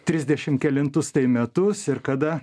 trisdešim kelintus tai metus ir kada